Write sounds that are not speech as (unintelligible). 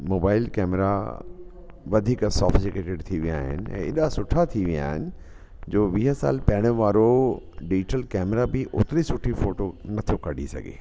mobile camera वधीक soft (unintelligible) थी विया आहिनि एॾा सुठा थी विया आहिनि जो वीह साल पहिरें वारो डिज़ीटल कैमरा बि ओतिरी सुठी फ़ोटो नथो कढी सघे